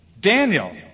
Daniel